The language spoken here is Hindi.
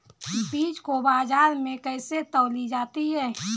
बीज को बाजार में कैसे तौली जाती है?